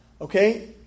Okay